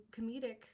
comedic